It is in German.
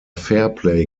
fairplay